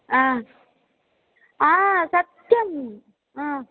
हा हा सत्यं हा